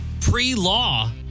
Pre-law